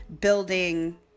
building